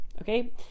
okay